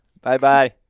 Bye-bye